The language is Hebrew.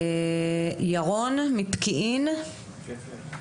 ירון מפקיעין, בבקשה.